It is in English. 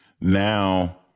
now